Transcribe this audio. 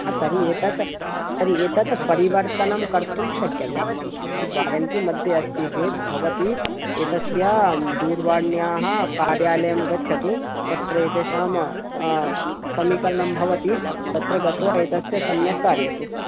तर्हि एतद् तर्हि एतत् परिवर्तनं कर्तुं शक्यते यदि वारण्टी मध्ये अस्ति चेत् भवती एतस्य दूरवाण्याः कार्यालयं गच्छतु तत्र एतेषां समीकलनं भवति तत्र गत्वा एतस्य सम्यक् कारयतु